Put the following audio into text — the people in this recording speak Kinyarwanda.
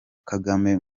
kagame